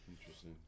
Interesting